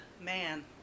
man